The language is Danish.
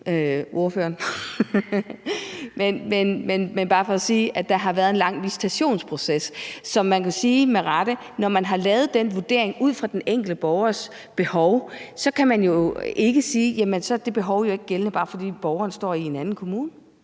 er bare for at sige, at der har været en lang visitationsproces, så det kan med rette siges, at når der er lavet den vurdering ud fra den enkelte borgers behov, kan man jo ikke sige, at det behov ikke er gældende, bare fordi borgeren bor i en anden kommune.